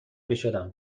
میشدم